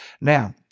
Now